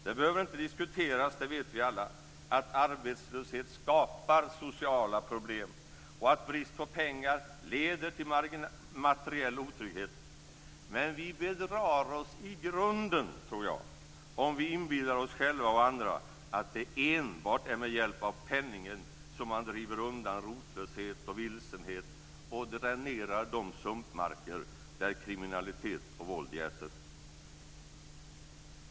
Det behöver inte diskuteras, det vet vi alla, att arbetslöshet skapar sociala problem och att brist på pengar leder till materiell otrygghet. Men jag tror att vi bedrar oss i grunden om vi inbillar oss själva och andra att det enbart är med hjälp av penningen som man driver undan rotlöshet och vilsenhet och dränerar de sumpmarker där kriminalitet och våld jäser.